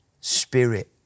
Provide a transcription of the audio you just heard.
Spirit